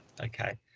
Okay